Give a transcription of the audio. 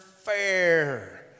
fair